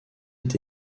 est